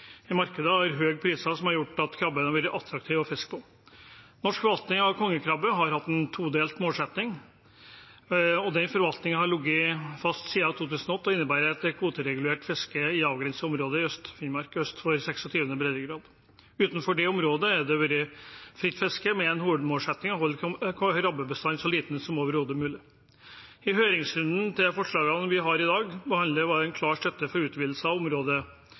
markedet og har høye priser, noe som har gjort at krabben har vært attraktiv å fiske. Norsk forvaltning av kongekrabbe har hatt en todelt målsetting. Denne forvaltningen har ligget fast siden 2008 og innebærer et kvoteregulert fiske i et avgrenset område i Øst-Finnmark, øst for 26. breddegrad. Utenfor det området har det vært fritt fiske, med en hovedmålsetting om å holde rammebestanden så liten som overhodet mulig. I høringsrunden til forslagene vi behandler i dag, var det en klar støtte til utvidelsen av